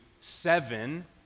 seven